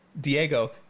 Diego